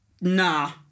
Nah